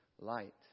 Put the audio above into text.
light